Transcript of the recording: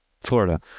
Florida